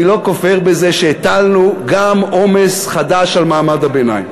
אני לא כופר בזה שהטלנו גם עומס חדש על מעמד הביניים.